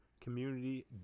community